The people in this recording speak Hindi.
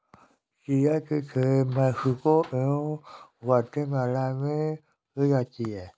चिया की खेती मैक्सिको एवं ग्वाटेमाला में की जाती है